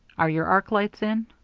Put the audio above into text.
are your arc lights in?